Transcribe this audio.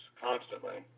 constantly